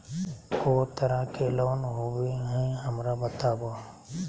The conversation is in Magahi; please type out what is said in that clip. को तरह के लोन होवे हय, हमरा बताबो?